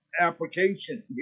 application